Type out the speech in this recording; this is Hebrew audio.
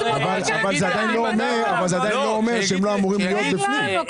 שזה עדיין לא אומר שהם לא אמורים להיות בפנים.